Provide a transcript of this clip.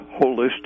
holistic